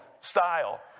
style